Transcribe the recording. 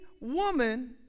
woman